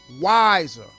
wiser